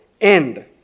end